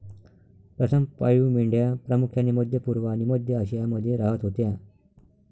प्रथम पाळीव मेंढ्या प्रामुख्याने मध्य पूर्व आणि मध्य आशियामध्ये राहत होत्या